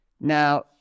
Now